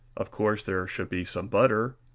of course there should be some butter,